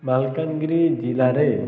ମାଲକାନଗିରି ଜିଲ୍ଲାରେ